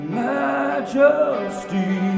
majesty